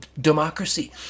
democracy